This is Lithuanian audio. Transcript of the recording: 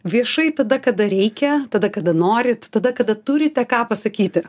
viešai tada kada reikia tada kada norit tada kada turite ką pasakyti